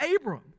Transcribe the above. Abram